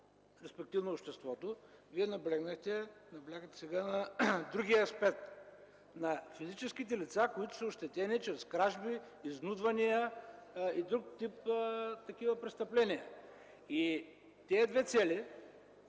респективно обществото, Вие наблегнахте сега на другия аспект – на физическите лица, които са ощетени чрез кражби, изнудвания и друг вид такива престъпления. Тези две цели